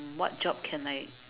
what job can like